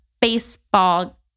baseball